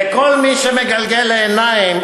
זה כל מי שמגלגל עיניים,